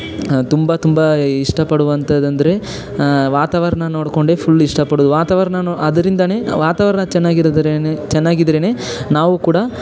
ತುಂಬ ತುಂಬ ಇಷ್ಟ ಪಡುವಂಥದ್ದು ಅಂದರೆ ವಾತಾವರಣ ನೋಡಿಕೊಂಡೆ ಫುಲ್ ಇಷ್ಟ ಪಡೋದು ವಾತಾವರಣ ನೊ ಅದ್ರಿಂದಲೇ ವಾತಾವರಣ ಚೆನ್ನಾಗಿದ್ರೇನೆ ಚೆನ್ನಾಗಿದ್ರೇನೆ ನಾವು ಕೂಡ